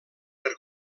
per